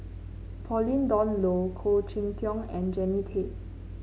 Pauline Dawn Loh Khoo Cheng Tiong and Jannie Tay